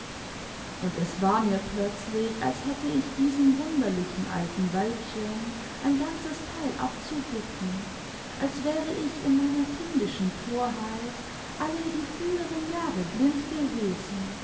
und es war mir plötzlich als hätte ich diesem wunderlichen alten weibchen ein ganzes teil abzubitten als wäre ich in meiner kindischen torheit alle die früheren jahre blind gewesen